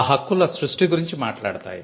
ఆ హక్కుల సృష్టి గురించి మాట్లాడతాయి